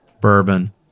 bourbon